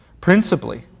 Principally